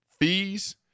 fees